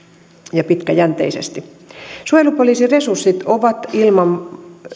ja pitkäjänteisesti suojelupoliisin resurssit ovat ilman